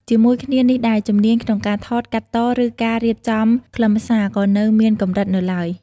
ជាមួយគ្នានេះដែរ ជំនាញក្នុងការថត កាត់ត ឬការរៀបចំខ្លឹមសារ ក៏នៅមានកម្រិតនៅឡើយ។